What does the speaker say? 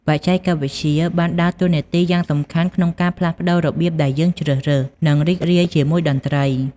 បច្ចេកវិទ្យាបានដើរតួនាទីយ៉ាងសំខាន់ក្នុងការផ្លាស់ប្តូររបៀបដែលយើងជ្រើសរើស និងរីករាយជាមួយតន្ត្រី។